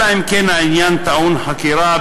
אלא אם כן העניין טעון חקירה,